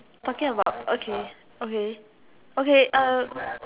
talking about okay okay okay uh